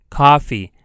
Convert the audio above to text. coffee